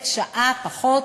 עובדת שעה פחות,